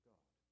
God